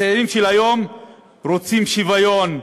הצעירים של היום רוצים שוויון,